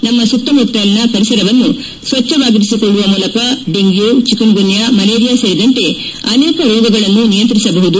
ನಮ್ನ ಸುತ್ತಮುತ್ತಲಿನ ಪರಿಸರವನ್ನು ಸಚ್ಚವಾಗಿರಿಸಿಕೊಳ್ಳುವ ಮೂಲಕ ಡೆಂಗ್ಲೂ ಚಿಕುನ್ಗುನ್ನಾ ಮಲೇರಿಯಾ ಸೇರಿದಂತೆ ಅನೇಕ ರೋಗಗಳನ್ನು ನಿಯಂತ್ರಿಸಬಹುದು